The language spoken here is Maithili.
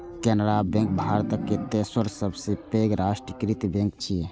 केनरा बैंक भारतक तेसर सबसं पैघ राष्ट्रीयकृत बैंक छियै